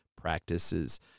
practices